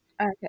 Okay